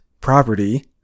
property